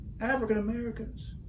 African-Americans